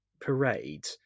parade